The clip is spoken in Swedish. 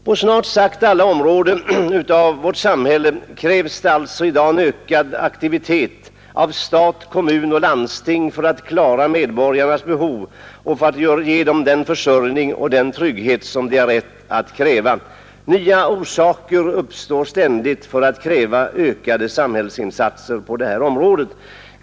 På snart sagt alla områden i vårt samhälle fordras alltså i dag en ökad aktivitet hos stat, kommuner och landsting för att klara medborgarnas behov och för att ge dem den försörjning och den trygghet de har rätt att kräva. Nya orsaker uppstår ständigt för att kräva ökade samhällsinsatser på det här området.